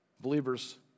Believers